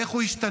איך הוא ישתנה?